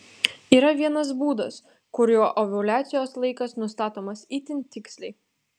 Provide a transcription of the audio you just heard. yra vienas būdas kuriuo ovuliacijos laikas nustatomas itin tiksliai